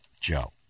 Joe